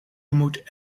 moet